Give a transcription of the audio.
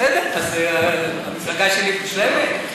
בסדר, המפלגה שלי היא מושלמת?